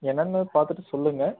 என்னென்னு பார்த்துட்டு சொல்லுங்கள்